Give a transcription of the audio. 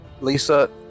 Lisa